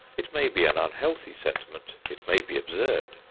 it may be an unhealthy sentiment, it may be absurd,